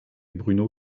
bruno